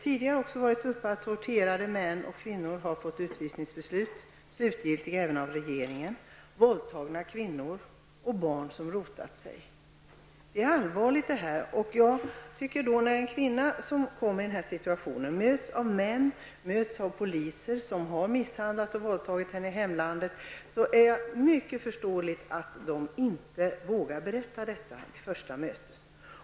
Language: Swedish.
Tidigare har frågan om torterade män och kvinnor som fått utvisningsbeslut -- slutgiltiga beslut, fattade även av regeringen -- varit uppe. Det har rört sig om våldtagna kvinnor och barn som rotat sig. Detta är allvarligt. När en kvinna i den här situationen möts av män, av poliser -- det är hemlandets poliser som har misshandlat och våldtagit henne -- är det mycket förståeligt att hon inte vågar berätta detta vid ett första möte.